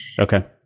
Okay